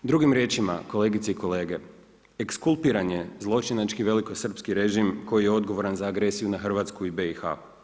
Drugim riječima, kolegice i kolege, ekskulpiran je zločinački velikosrpski režim koji je odgovoran za agresiju na Hrvatsku i BiH.